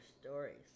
stories